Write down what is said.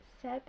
Seb